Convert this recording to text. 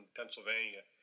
Pennsylvania